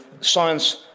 science